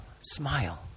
Smile